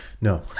No